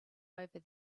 over